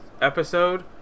episode